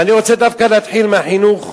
ואני רוצה דווקא להתחיל מהחינוך,